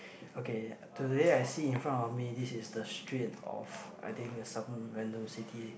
okay today I see in front of me this is the street of I think some random city